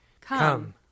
Come